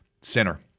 Sinner